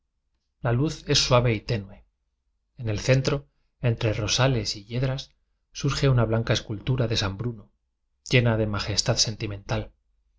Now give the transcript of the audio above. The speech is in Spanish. la luz es suave y tenue en el centro entre rosales y yedras surge una blanca escul tura de san bruno llena de majestad senti